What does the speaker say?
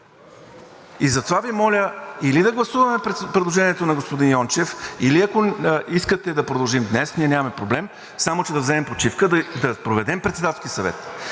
И затова Ви моля или да гласуваме предложението на господин Йончев, или, ако искате да продължим днес, ние нямаме проблем, само че да вземем почивка, да проведем Председателски съвет.